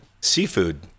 seafood